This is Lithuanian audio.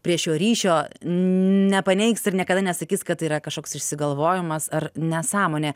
prie šio ryšio nepaneigs ir niekada nesakys kad tai yra kažkoks išsigalvojimas ar nesąmonė